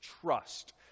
trust